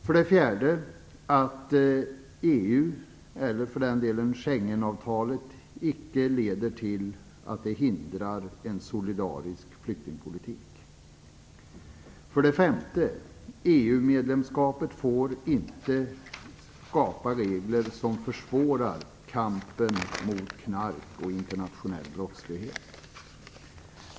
För det fjärde får EU, eller för den delen Schengenavtalet, icke leda till att en solidarisk flyktingpolitik hindras. För det femte får EU-medlemskapet inte skapa regler som försvårar kampen mot knark och internationell brottslighet.